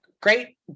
great